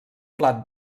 plat